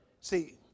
See